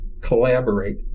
collaborate